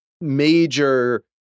major